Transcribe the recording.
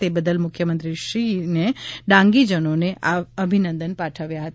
તે બદલ મુખ્યમંત્રીશ્રીને ડાંગીજનોને અભિનંદન પાઠવ્યા હતા